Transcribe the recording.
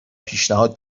پیشنهاد